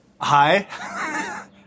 Hi